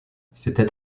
c’était